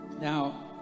Now